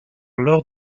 lors